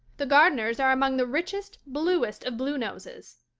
the gardners are among the richest, bluest, of bluenoses.